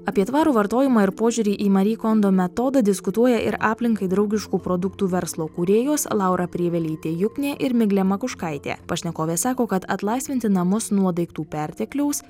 apie tvarų vartojimą ir požiūrį į mari kondo metodą diskutuoja ir aplinkai draugiškų produktų verslo kūrėjos laura prievelytė juknė ir miglė makuškaitė pašnekovės sako kad atlaisvinti namus nuo daiktų pertekliaus